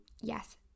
yes